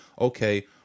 okay